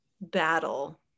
battle